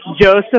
Joseph